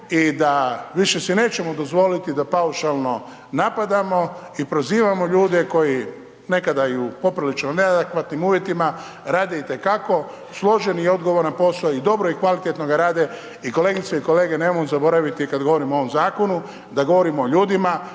i da više si nećemo dozvoliti da paušalno napadamo i prozivamo ljude koji nekada i u poprilično neadekvatnim uvjetima rade i te kako složen i odgovoran poso i dobro i kvalitetno ga rade i kolegice i kolege nemojmo zaboraviti kad govorimo o ovom zakonu da govorimo o ljudima